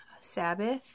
Sabbath